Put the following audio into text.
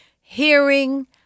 hearing